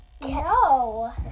No